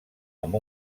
amb